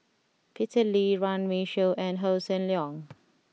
Peter Lee Runme Shaw and Hossan Leong